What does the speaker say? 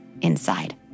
inside